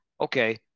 okay